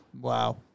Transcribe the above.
Wow